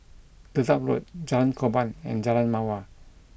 Dedap Road Jalan Korban and Jalan Mawar